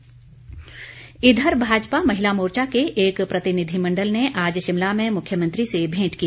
भेंट इधर भाजपा महिला मोर्चा के एक प्रतिनिधिमण्डल ने आज शिमला में मुख्यमंत्री से भेंट की